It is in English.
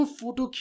photo